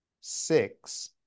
six